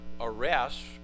arrest